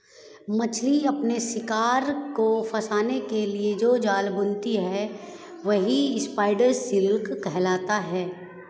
मकड़ी अपने शिकार को फंसाने के लिए जो जाल बुनती है वही स्पाइडर सिल्क कहलाता है